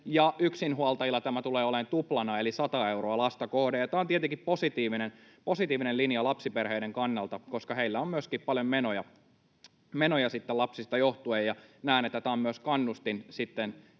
yksinhuoltajilla tämä tulee olemaan tuplana eli 100 euroa lasta kohden. Tämä on tietenkin positiivinen linja lapsiperheiden kannalta, koska heillä on myöskin paljon menoja lapsista johtuen. Näen, että tämä on myös kannustin